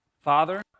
Father